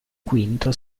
quinto